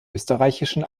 österreichischen